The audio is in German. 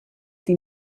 die